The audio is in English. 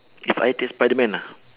if I take spiderman ah